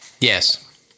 Yes